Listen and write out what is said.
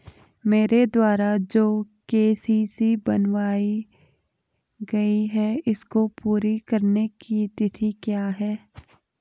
मेरे द्वारा जो के.सी.सी बनवायी गयी है इसको पूरी करने की तिथि क्या है?